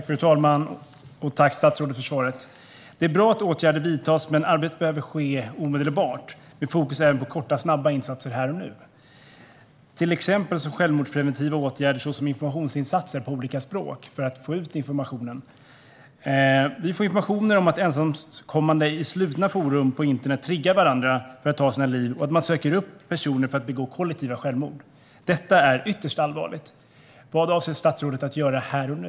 Fru talman! Tack för svaret, statsrådet! Det är bra att åtgärder vidtas. Men arbetet behöver ske omedelbart med fokus även på korta och snabba insatser här och nu. Det gäller till exempel självmordspreventiva åtgärder såsom informationsinsatser på olika språk för att få ut informationen. Vi får information om att ensamkommande i slutna forum på internet triggar varandra för att ta sina liv och att man söker upp personer för att begå kollektiva självmord. Detta är ytterst allvarligt. Vad avser statsrådet att göra här och nu?